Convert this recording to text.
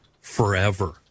forever